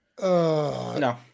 No